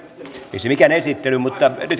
ei mikään esittely mutta